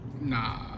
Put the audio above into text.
Nah